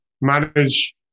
manage